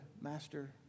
Master